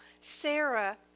Sarah